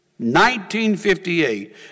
1958